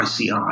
ICI